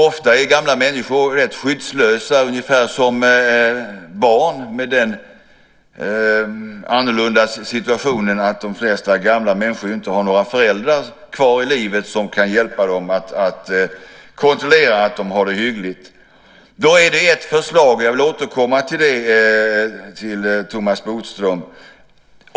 Ofta är gamla människor rätt skyddslösa, ungefär som barn men med den annorlunda situationen att de flesta gamla människor inte har föräldrar kvar i livet som kan hjälpa dem och kontrollera att de har det hyggligt. Jag vill återkomma till ert förslag, Thomas Bodström.